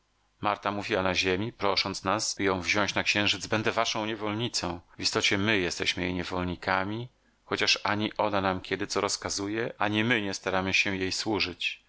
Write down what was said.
marta mówiła na ziemi prosząc nas by ją wziąć na księżyc będę waszą niewolnicą w istocie my jesteśmy jej niewolnikami chociaż ani ona nam kiedy co rozkazuje ani my nie staramy się jej służyć